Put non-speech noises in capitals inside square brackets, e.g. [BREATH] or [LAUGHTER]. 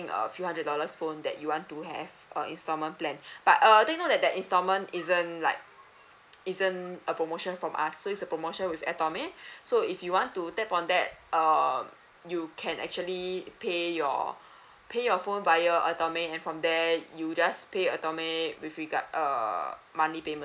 a few hundred dollars phone that you want to have a instalment plan [BREATH] but uh take note that instalment isn't like isn't a promotion from us so it's a promotion with atomic [BREATH] so if you want to tap on that uh you can actually pay your [BREATH] pay your phone via atomic and from there you just pay atomic with regards uh monthly payments